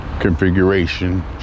configuration